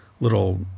little